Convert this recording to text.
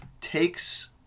takes